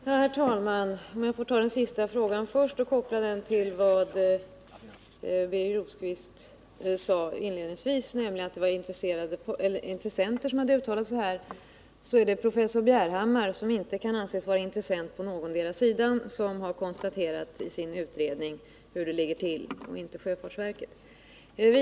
Herr talman! Om jag får koppla den senaste frågan till vad Birger Rosqvist sade inledningsvis, att det var intressenter som uttalat sig i mitt svar, kan jag tala om att det är professor Bjerhammar, som inte kan anses vara intressent på någondera sidan, som i sin utredning har konstaterat hur det ligger till — inte sjöfartsverket.